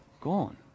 gone